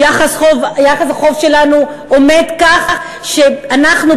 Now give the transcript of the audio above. יחס החוב שלנו עומד כך שאנחנו,